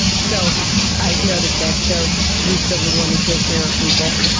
so i've noticed that, so you suddenly want to take care of people,